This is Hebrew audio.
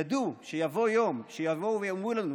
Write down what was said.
ידעו שיבוא יום שבו יבואו ויאמרו לנו,